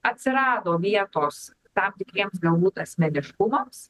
atsirado vietos tam tikriems galbūt asmeniškumams